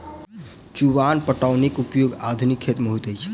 चुआन पटौनीक उपयोग आधुनिक खेत मे होइत अछि